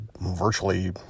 virtually